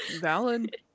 valid